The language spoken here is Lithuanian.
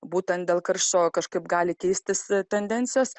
būtent dėl karščio kažkaip gali keistis tendencijos